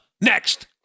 next